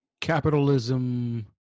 capitalism